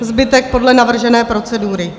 Zbytek podle navržené procedury.